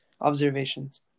observations